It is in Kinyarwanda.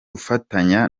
ufatanya